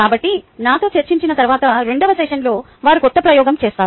కాబట్టి నాతో చర్చించిన తరువాత రెండవ సెషన్లో వారు కొత్త ప్రయోగం చేస్తారు